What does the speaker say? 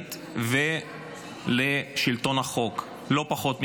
הישראלית ולשלטון החוק, לא פחות מכם,